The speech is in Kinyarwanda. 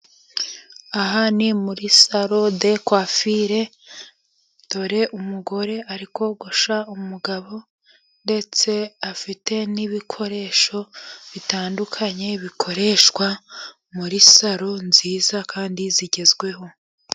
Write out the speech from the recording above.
Aha ni muri salo do kwafire, dore umugore ari kogosha umugabo ndetse afite n'ibikoresho bitandukanye bikoreshwa muri salo nziza kandi bigezweho.